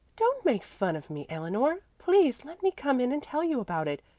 don't make fun of me, eleanor. please let me come in and tell you about it.